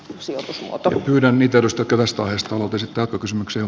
sijoitus on yhden ikävystyttävästä alastulot esittää kysymyksen